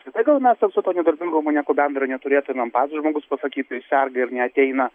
apskritai gal mes ten su tuo negarbingumu nieko bendra neturėtumėm pats žmogus pasakytų jis serga ir neateina